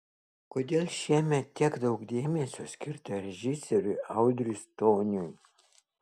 kodėl šiemet tiek daug dėmesio skirta režisieriui audriui stoniui